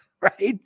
right